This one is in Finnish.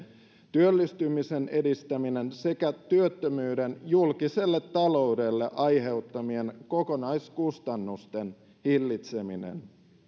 työllistymisen edistäminen sekä työttömyyden julkiselle taloudelle aiheuttamien kokonaiskustannusten hillitseminen